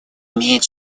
имеет